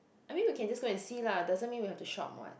I mean we can just go and see lah doesn't mean we have to shop [what]